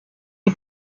est